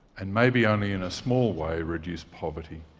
and, maybe only in a small way, reduced poverty.